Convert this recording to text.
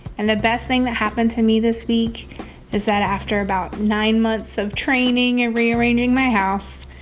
and the best thing that happened to me this week is that after about nine months of training and rearranging my house,